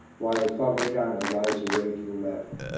while favognana lies away to the left.